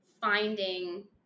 finding